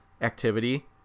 activity